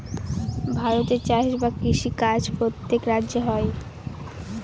ভারতে চাষ বা কৃষি কাজ প্রত্যেক রাজ্যে হয়